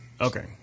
Okay